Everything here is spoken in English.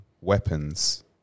weapons